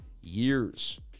years